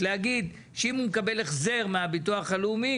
להגיד שאם הוא מקבל החזר מהביטוח הלאומי